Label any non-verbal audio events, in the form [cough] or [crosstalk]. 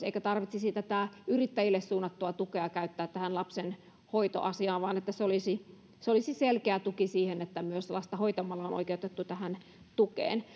[unintelligible] eikä tarvitsisi tätä yrittäjille suunnattua tukea käyttää tähän lapsen hoitoasiaan vaan se olisi se olisi selkeä tuki siihen että myös lasta hoitamalla on oikeutettu tähän tukeen [unintelligible]